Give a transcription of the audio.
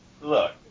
look